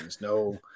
No